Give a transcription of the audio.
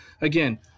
again